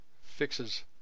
fixes